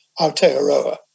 Aotearoa